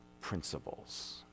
principles